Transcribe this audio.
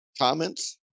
comments